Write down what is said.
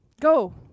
go